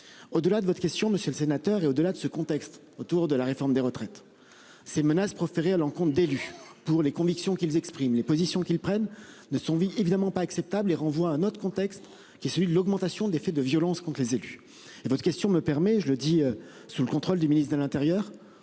au delà de votre question, monsieur le sénateur, et au-delà de ce contexte autour de la réforme des retraites. Ces menaces proférées à l'encontre d'élue pour les convictions qu'ils expriment les positions qu'ils prennent ne sont vie évidemment pas acceptable et renvoie un autre contexte qui est celui de l'augmentation des faits de violences contre les élus. Et votre question me permet, je le dis sous le contrôle du ministre de l'Intérieur